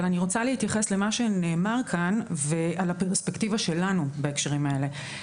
אני רוצה להתייחס למה שנאמר כאן ולהתייחס לפרספקטיבה שלנו בהקשרים האלה.